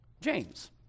James